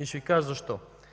И ще Ви кажа защо.